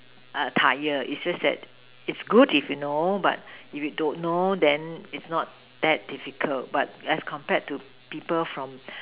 err Tyre its just that its good if you know but if you don't know then its not that difficult but as compared to people from